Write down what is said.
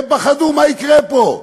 הם פחדו מה יקרה פה,